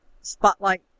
spotlight